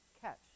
catch